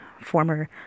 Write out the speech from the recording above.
former